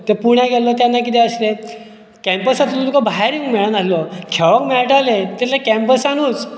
ते पुण्याक गेल्लो तेन्ना कितें आसलें कॅम्पसांतलो भायर येवंक मेळनासलो खेळोंक मेळटालें तें कॅम्पसानूच